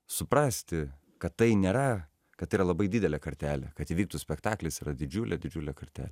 suprasti kad tai nėra kad yra labai didelė kartelė kad vyktų spektaklis yra didžiulė didžiulė kartelė